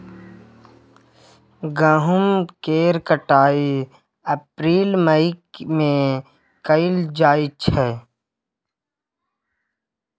गहुम केर कटाई अप्रील मई में कएल जाइ छै